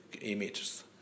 images